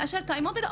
מאשר את אמות המידה,